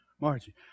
Margie